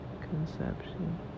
conception